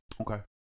Okay